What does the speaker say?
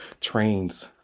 trains